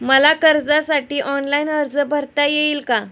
मला कर्जासाठी ऑनलाइन अर्ज भरता येईल का?